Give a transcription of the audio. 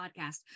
podcast